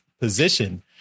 position